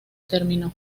terminó